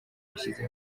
yashyize